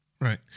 Right